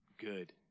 good